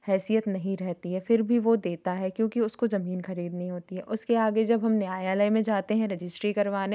हैसियत नहीं रहती है फिर भी वो देता है क्योंकि उसको जमीन खरीदनी होती है उसके आगे जब हम न्यायालय में जाते हैं रजिस्ट्री करवाने